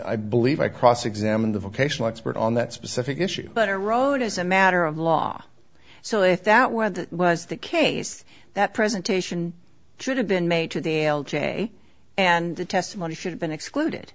i believe i cross examine the vocational expert on that specific issue but a road is a matter of law so if that were that was the case that presentation should have been made to the l j and the testimony should have been excluded